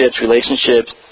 relationships